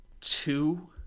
two